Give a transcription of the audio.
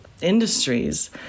industries